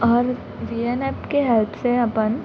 और V N app की help से अपन